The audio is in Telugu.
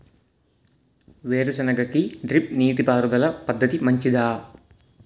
వేరుసెనగ కి డ్రిప్ నీటిపారుదల పద్ధతి మంచిదా?